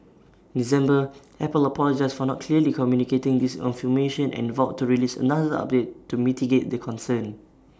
December Apple apologised for not clearly communicating this information and vowed to release another update to mitigate the concern